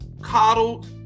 coddled